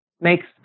makes